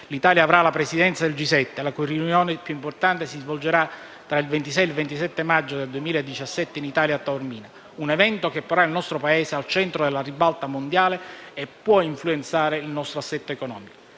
l'Italia avrà la Presidenza del G7, la cui riunione più importante si svolgerà tra il 26 e il 27 maggio del 2017 in Italia a Taormina, un evento che porrà il nostro Paese al centro della ribalta mondiale e potrà influenzare il nostro assetto economico.